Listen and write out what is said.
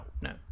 no